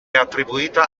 attribuita